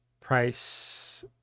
price